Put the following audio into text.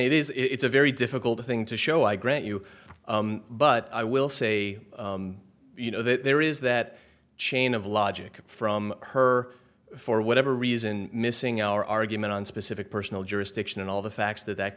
it is it's a very difficult thing to show i grant you but i will say you know that there is that chain of logic from her for whatever reason missing our argument on specific personal jurisdiction and all the facts that that